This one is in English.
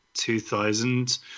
2000